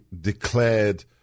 declared